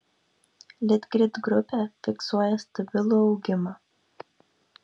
litgrid grupė fiksuoja stabilų augimą